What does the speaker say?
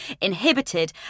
inhibited